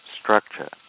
structure